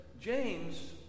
James